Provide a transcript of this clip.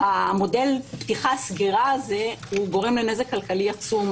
המודל פתיחה-סגירה הזה גורם לנזק כלכלי עצום.